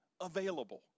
available